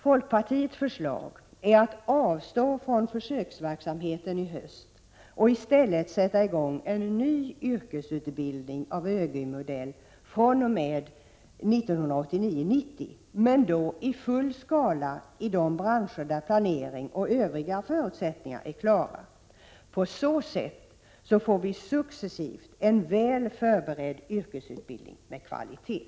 Folkpartiets förslag är att avstå från försöksverksamheten i höst och att i stället sätta i gång en ny yrkesutbildning av ÖGY-modell fr.o.m. 1989/90, men då i full skala i de branscher där planering och övriga förutsättningar är klara. På så sätt får vi successivt en väl förberedd yrkesutbildning med kvalitet.